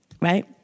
right